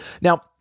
Now